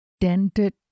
dented